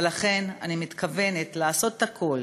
ולכן אני מתכוונת לעשות את הכול,